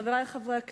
חברי חברי הכנסת,